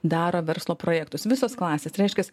daro verslo projektus visos klasės reiškias